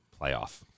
playoff